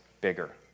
bigger